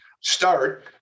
start